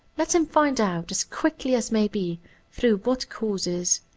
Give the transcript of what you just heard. let him find out as quickly as may be through what causes.